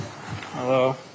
Hello